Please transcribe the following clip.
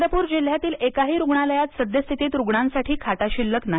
चंद्रपुर जिल्ह्यातील एकाही रूग्णालयात सद्यस्थितीत रूग्णांसाठी खाटा शिल्लक नाही